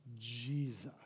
Jesus